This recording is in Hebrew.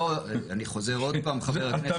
לא, אני חוזר עוד פעם, חבר הכנסת.